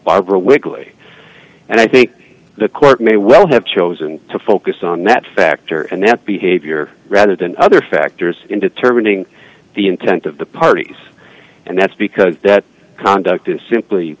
barbara wigley and i think the court may well have chosen to focus on that factor and that behavior rather than other factors in determining the intent of the parties and that's because that conduct is simply